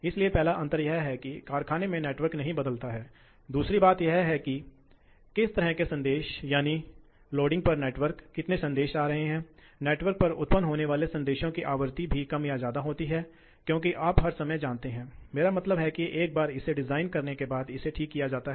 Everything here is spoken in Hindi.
तो बस हम यह भी देखना चाहेंगे कि ये 35 35 और 31 आंकड़े कैसे स्थित हैं क्योंकि अन्यथा आप मुझ पर विश्वास नहीं कर सकते हैं इसलिए हमें वापस जाने दें और ठीक है